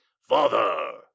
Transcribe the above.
Father